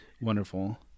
Wonderful